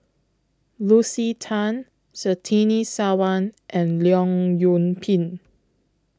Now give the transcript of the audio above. Lucy Tan Surtini Sarwan and Leong Yoon Pin